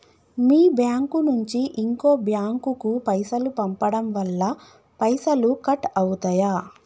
మీ bank నుంచి ఇంకో bank కు పైసలు పంపడం వల్ల పైసలు కట్ అవుతయా?